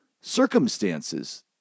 circumstances